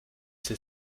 sie